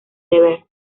deber